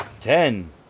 ten